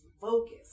focus